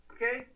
Okay